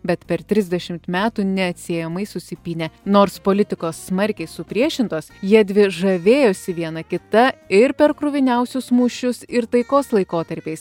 bet per trisdešimt metų neatsiejamai susipynę nors politikos smarkiai supriešintos jiedvi žavėjosi viena kita ir per kruviniausius mūšius ir taikos laikotarpiais